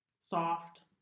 soft